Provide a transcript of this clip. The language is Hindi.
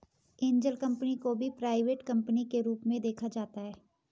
एंजल कम्पनी को भी प्राइवेट कम्पनी के रूप में देखा जाता है